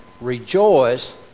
rejoice